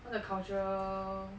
all the cultural